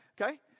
okay